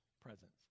presence